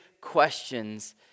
questions